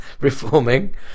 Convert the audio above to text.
reforming